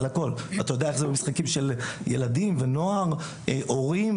ילדים ונוער,